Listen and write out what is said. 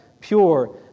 pure